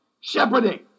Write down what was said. shepherding